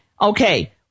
Okay